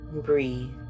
breathe